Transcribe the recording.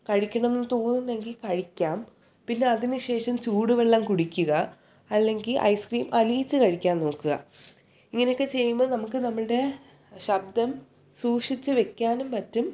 കഴിക്കണം എന്ന് തോന്നുന്നെങ്കിൽ കഴിക്കാം പിന്നെ അതിന് ശേഷം ചൂട് വെള്ളം കുടിക്കുക അല്ലെങ്കിൽ ഐസ്ക്രീം അലിയിച്ച് കഴിക്കാൻ നോക്കുക ഇങ്ങനെ ഒക്കെ ചെയ്യുമ്പോൾ നമുക്ക് നമ്മുടെ ശബ്ദം സൂക്ഷിച്ച് വയ്ക്കാനും പറ്റും